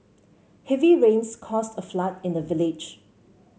heavy rains caused a flood in the village